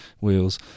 wheels